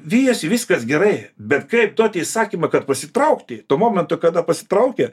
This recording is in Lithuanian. vijosi viskas gerai bet kaip duoti įsakymą kad pasitraukti tuo momentu kada pasitraukė